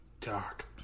Dark